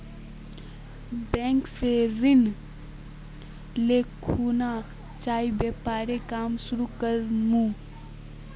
bank स ऋण ले खुना चाइर व्यापारेर काम शुरू कर मु